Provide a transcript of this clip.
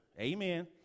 Amen